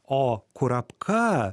o kurapka